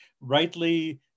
rightly